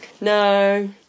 No